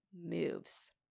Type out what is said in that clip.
moves